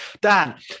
Dan